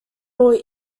all